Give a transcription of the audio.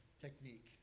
technique